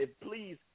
please